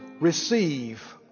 receive